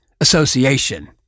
Association